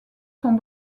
sont